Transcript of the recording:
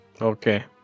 Okay